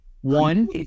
One